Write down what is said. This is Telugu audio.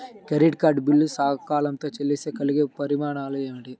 క్రెడిట్ కార్డ్ బిల్లు సకాలంలో చెల్లిస్తే కలిగే పరిణామాలేమిటి?